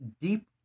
deep